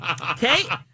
Okay